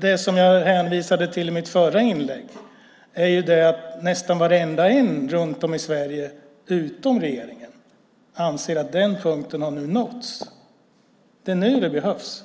Det jag hänvisade till i mitt förra inlägg är att nästan varenda en runt om i Sverige utom regeringen anser att den punkten nu är nådd. Det är nu det behövs.